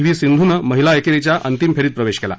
V सिंधूनं महिला एकेरीच्या अंतिम फेरीत प्रवेश केला